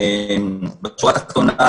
בהינתן שיש היתר כניסה לישראל.